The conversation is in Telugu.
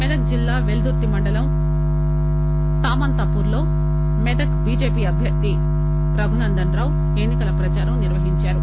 మెదక్ జిల్లా పెల్దుర్తి మండలం తామంతాపూర్ లో మెదక్ బిజెపి అభ్యర్ది రఘునందన్ రావు ఎన్సికల ప్రదారం నిర్వహించారు